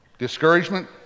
Discouragement